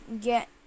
get